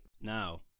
now